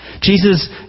Jesus